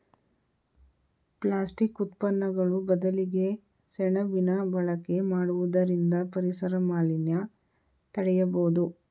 plastic ಉತ್ಪನ್ನಗಳು ಬದಲಿಗೆ ಸೆಣಬಿನ ಬಳಕೆ ಮಾಡುವುದರಿಂದ ಪರಿಸರ ಮಾಲಿನ್ಯ ತಡೆಯಬೋದು